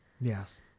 Yes